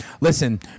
listen